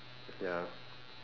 ya